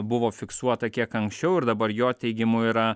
buvo fiksuota kiek anksčiau ir dabar jo teigimu yra